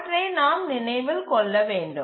அவற்றை நாம் நினைவில் கொள்ள வேண்டும்